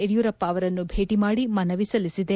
ಯಡಿಯೂರಪ್ಪ ಅವರನ್ನು ಭೇಟಿ ಮಾಡಿ ಮನವಿ ಸಲ್ಲಿಸಿದೆ